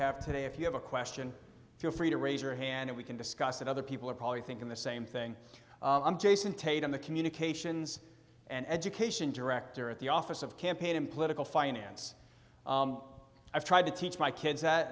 have today if you have a question feel free to raise your hand if we can discuss it other people are probably thinking the same thing i'm jason tate in the communications and education director at the office of campaign and political finance i've tried to teach my kids that